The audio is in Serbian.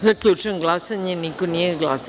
Zaključujem glasanje – niko nije glasao.